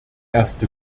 erste